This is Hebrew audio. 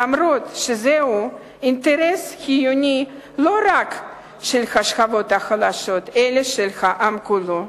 אף שזהו אינטרס חיוני לא רק של השכבות החלשות אלא של העם כולו.